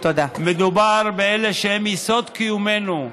מדובר באלה שהם יסוד קיומנו.